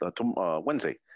Wednesday